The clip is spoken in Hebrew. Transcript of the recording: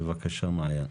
בבקשה מעין.